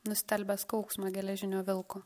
nustelbęs kauksmą geležinio vilko